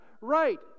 Right